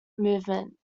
movement